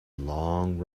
long